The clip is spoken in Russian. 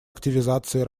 активизации